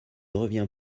revient